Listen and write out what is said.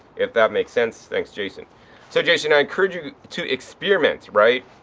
if that makes sense. thanks, jason so jason, i encourage you to experiment, right.